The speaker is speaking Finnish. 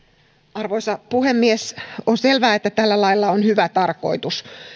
arvoisa puhemies on selvää että tällä lailla on hyvä tarkoitus